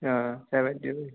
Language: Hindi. हाँ सेवेंटी वही